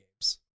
games